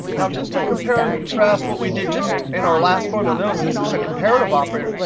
now just to compare and contrast what we did just in our last formula notice this is a comparative operator.